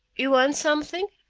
you want something?